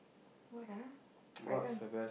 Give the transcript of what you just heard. what lah I can't